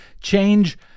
change